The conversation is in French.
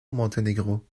montenegro